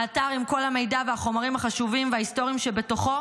האתר עם כל המידע והחומרים החשובים וההיסטוריים שבתוכו